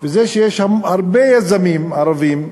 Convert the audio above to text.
זה שיש הרבה יזמים ערבים,